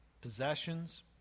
possessions